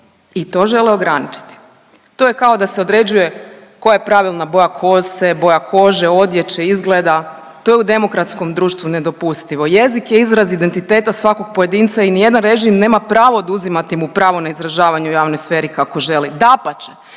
i to žele ograničiti. To je kao da se određuje koja je pravilna boja kose, boja kože, odjeće, izgleda, to je u demokratskom društvu nedopustivo, jezik je izraz identiteta svakog pojedinca i nijedan režim nema pravo oduzimati mu pravo na izražavanje u javnoj sferi kako želi. Dapače,